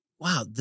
wow